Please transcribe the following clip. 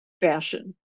fashion